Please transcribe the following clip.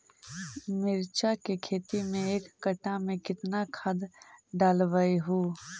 मिरचा के खेती मे एक कटा मे कितना खाद ढालबय हू?